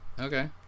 Okay